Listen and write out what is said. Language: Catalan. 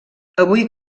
avui